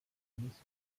nichts